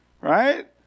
Right